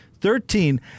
Thirteen